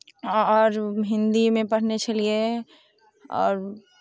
आओर हिंदीमे पढ़ने छलियै आओर